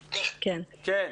וברכה,